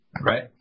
right